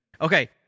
Okay